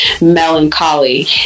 melancholy